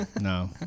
no